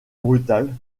brutal